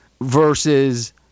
versus –